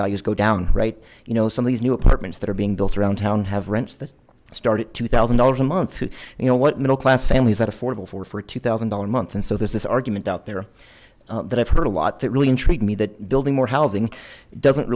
values go down right you know some of these new apartments that are being built around town have rents that start at two thousand dollars a month who you know what middle class family is that affordable for for a two thousand dollars a month and so there's this argument out there that i've heard a lot that really intrigued me that building more housing it doesn't